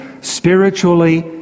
spiritually